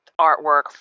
artwork